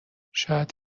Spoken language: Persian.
شاید